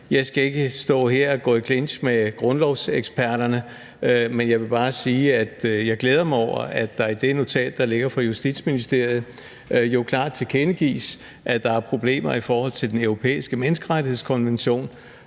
Jeg skal ikke stå her og gå i clinch med grundlovseksperterne, men jeg vil bare sige, at jeg glæder mig over, at der i det notat, der foreligger fra Justitsministeriet, jo klart tilkendegives, at der er problemer i forhold til Den Europæiske Menneskerettighedskonvention,